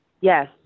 Yes